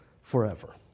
forever